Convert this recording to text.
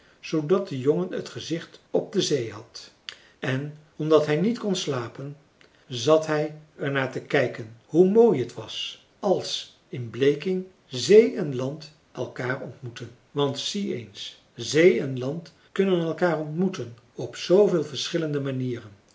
zoodat de jongen t gezicht op de zee had en omdat hij niet kon slapen zat hij er naar te kijken hoe mooi het was als in bleking zee en land elkaar ontmoeten want zie eens zee en land kunnen elkaar ontmoeten op zooveel verschillende manieren